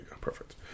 Perfect